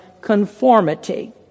conformity